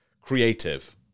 creative